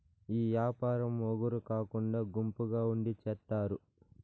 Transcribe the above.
ఈ యాపారం ఒగరు కాకుండా గుంపుగా ఉండి చేత్తారు